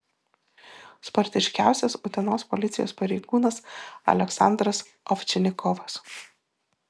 sportiškiausias utenos policijos pareigūnas aleksandras ovčinikovas